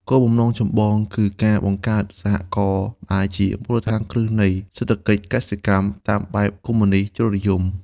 គោលបំណងចម្បងគឺការបង្កើត "សហករណ៍" ដែលជាមូលដ្ឋានគ្រឹះនៃសេដ្ឋកិច្ចកសិកម្មតាមបែបកុម្មុយនីស្តជ្រុលនិយម។